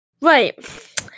right